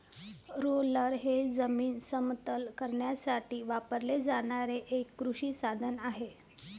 roller हे जमीन समतल करण्यासाठी वापरले जाणारे एक कृषी साधन आहे